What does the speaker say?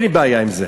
אין לי בעיה עם זה.